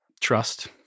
trust